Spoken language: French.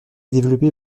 développé